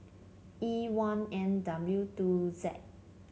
E one N W two Z